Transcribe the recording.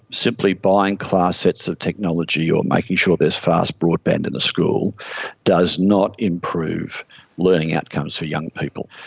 simply buying class sets of technology or making sure there is fast broadband in a school does not improve learning outcomes for young people.